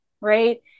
right